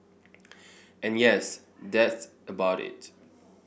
and yes that's about it